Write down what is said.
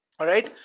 alright?